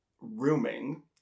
rooming